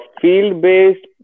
field-based